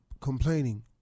complaining